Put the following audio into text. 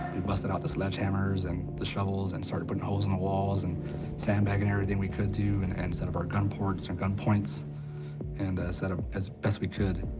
busted out the sledgehammers and the shovels and started putting holes in the walls and sandbagging everything we could do and, and set up our gun ports and gun points and set up as best we could.